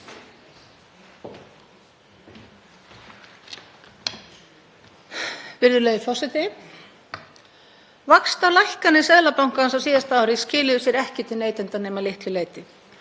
Vaxtalækkanir Seðlabankans á síðasta ári skiluðu sér ekki til neytenda nema að litlu leyti.